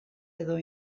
edo